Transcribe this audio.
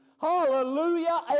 Hallelujah